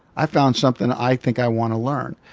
i've found something i think i want to learn.